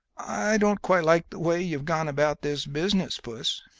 i don't quite like the way you've gone about this business, puss.